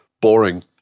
Boring